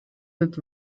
with